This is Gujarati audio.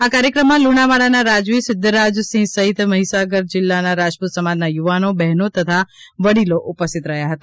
આ કાર્યક્રમમાં લુણાવાડા ના રાજવી સિદ્ધરાજસિંહ સહિત મહીસાગર જિલ્લાન રાજપૂત સમાજનાં યુવાનો બહેનો તથા વડીલો ઉપસ્થિત રહ્યા હતા